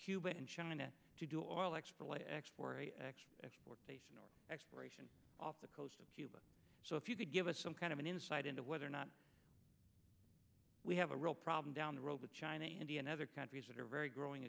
cuba and china to do or like for lay exploration off the coast of cuba so if you could give us some kind of an insight into whether or not we have a real problem down the road with china india and other countries that are very growing